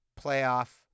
playoff